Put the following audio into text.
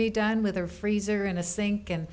redone with their freezer in the sink and